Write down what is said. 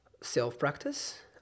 self-practice